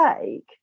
take